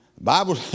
Bible